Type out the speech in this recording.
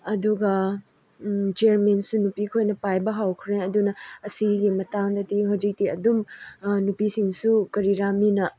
ꯑꯗꯨꯒ ꯆꯤꯌꯥꯔꯃꯦꯟꯁꯨ ꯅꯨꯄꯤꯈꯣꯏꯅ ꯄꯥꯏꯕ ꯍꯧꯈ꯭ꯔꯦ ꯑꯗꯨꯅ ꯑꯁꯤꯒꯤ ꯃꯇꯥꯡꯗꯗꯤ ꯍꯧꯖꯤꯛꯇꯤ ꯑꯗꯨꯝ ꯅꯨꯄꯤꯁꯤꯡꯁꯨ ꯀꯔꯤꯔꯥ ꯃꯤꯅ